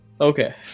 okay